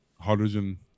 hydrogen